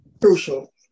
crucial